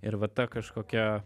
ir va ta kažkokia